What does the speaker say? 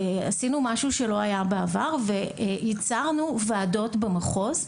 עשינו משהו שלא היה בעבר וייצרנו ועדות במחוז.